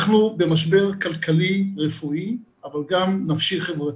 אנחנו במשבר כלכלי-רפואי אבל גם נפשי-חברתי.